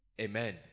Amen